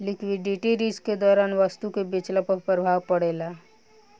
liquidity risk के दौरान वस्तु के बेचला पर प्रभाव पड़ेता